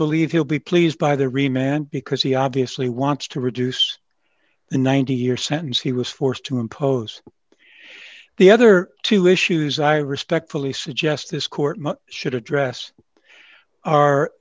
believe he'll be pleased by the remained because he obviously wants to reduce the ninety year sentence he was forced to impose the other two issues i respectfully suggest this court should address our